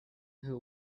who